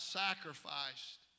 sacrificed